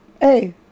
hey